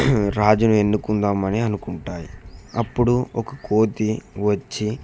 రాజును ఎన్నుకుందామని అనుకుంటాయి అప్పుడు ఒక కోతి వచ్చి